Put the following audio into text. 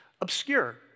obscure